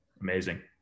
Amazing